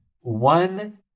one